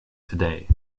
today